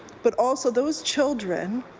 but also those children